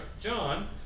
John